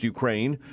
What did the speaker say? Ukraine